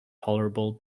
tolerable